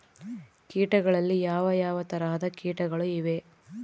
ಕೇಟಗಳಲ್ಲಿ ಯಾವ ಯಾವ ತರಹದ ಕೇಟಗಳು ಇವೆ?